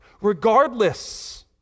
Regardless